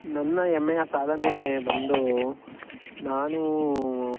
ನನ್ನ ಹೆಮ್ಮೆಯ ಸಾಧನೆ ಬಂದು ನಾನು